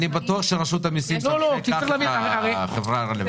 אני בטוח שרשות המסים תנחה כך את החברה הרלוונטית.